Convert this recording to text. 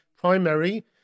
primary